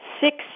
six